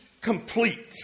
complete